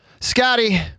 Scotty